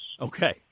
Okay